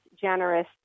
generous